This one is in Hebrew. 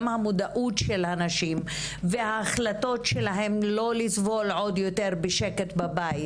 גם המודעות של האנשים וההחלטה לא לסבול יותר בבית,